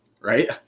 Right